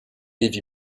heavy